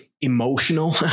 emotional